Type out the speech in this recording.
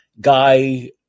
guy